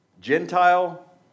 Gentile